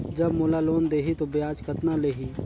जब मोला लोन देही तो ब्याज कतना लेही?